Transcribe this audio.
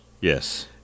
yes